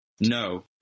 No